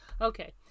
okay